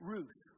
Ruth